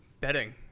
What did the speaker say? betting